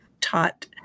taught